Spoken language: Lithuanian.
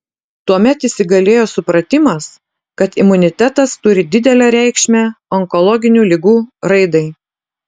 tuomet įsigalėjo supratimas kad imunitetas turi didelę reikšmę onkologinių ligų raidai